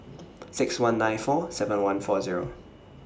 six one nine four seven one four Zero